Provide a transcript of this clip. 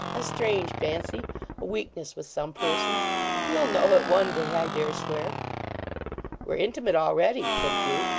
a strange fancy a weakness with some persons you'll know it one day, i dare swear we're intimate already said hugh.